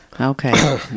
Okay